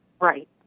right